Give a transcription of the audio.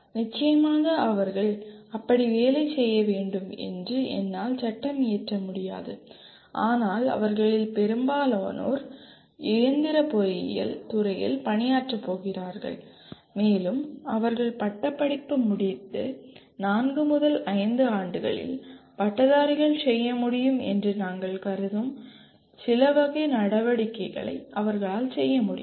நிச்சயமாக அவர்கள் அப்படி வேலை செய்ய வேண்டும் என்று என்னால் சட்டமியற்ற முடியாது ஆனால் அவர்களில் பெரும்பாலோர் இயந்திர பொறியியல் துறையில் பணியாற்றப் போகிறார்கள் மேலும் அவர்கள் பட்டப்படிப்பு முடிந்து நான்கு முதல் ஐந்து ஆண்டுகளில் பட்டதாரிகள் செய்ய முடியும் என்று நாங்கள் கருதும் சில வகை நடவடிக்கைகளை அவர்களால் செய்ய முடிகிறது